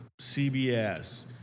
CBS